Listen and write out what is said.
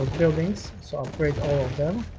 buildings so i'll break all of them